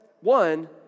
one